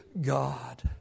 God